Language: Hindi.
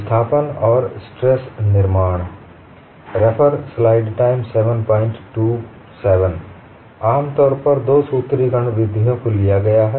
विस्थापन और स्ट्रेस निर्माण आमतौर पर दो सूत्रीकरण विधियों को लिया है